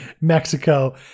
Mexico